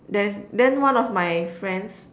there's then one of my friends